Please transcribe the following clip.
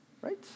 right